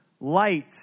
light